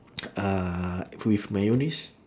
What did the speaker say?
uh with mayonnaise